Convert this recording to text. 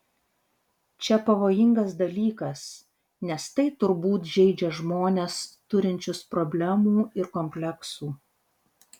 čia pavojingas dalykas nes tai turbūt žeidžia žmones turinčius problemų ir kompleksų